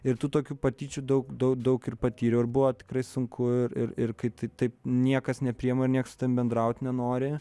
ir tų tokių patyčių daug daug daug ir patyriau ir buvo tikrai sunku ir ir kai taip niekas nepriima ir nieks su tavim bendraut nenori